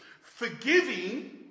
Forgiving